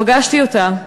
פגשתי אותה,